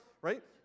right